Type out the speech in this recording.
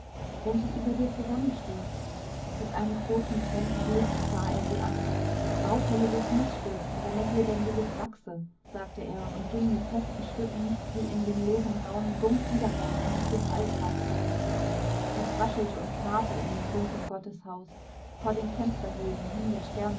wenn sie über dir zusammenstürzt mit einem großen fremden blick sah er sie an baufälliges muß stürzen damit lebendiges wachse sagte er und ging mit festen schritten die in dem leeren raum dumpf widerhallten dem altar zu es raschelte und knarrte in dem dunklen gotteshaus vor den fensterhöhlen hing der